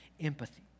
empathy